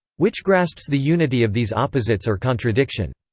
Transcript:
which grasps the unity of these opposites or contradiction.